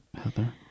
Heather